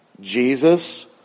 Jesus